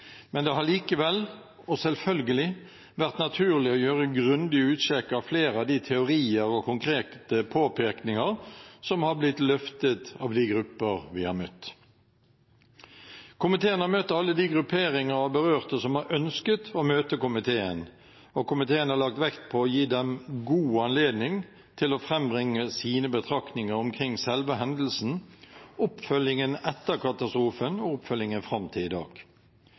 men det har likevel, og selvfølgelig, vært naturlig å gjøre grundig utsjekk av flere av de teorier og konkrete påpekninger som har blitt løftet av de grupper vi har møtt. Komiteen har møtt alle de grupperinger av berørte som har ønsket å møte komiteen, og komiteen har lagt vekt på å gi dem god anledning til å frambringe sine betraktninger omkring selve hendelsen, oppfølgingen etter katastrofen og oppfølgingen fram til i dag.